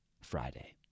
Friday